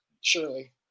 Surely